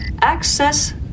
access